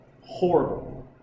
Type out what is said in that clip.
Horrible